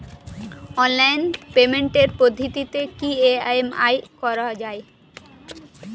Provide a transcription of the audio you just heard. Online পেমেন্টের পদ্ধতিতে কি ই.এম.আই করা যায়?